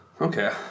Okay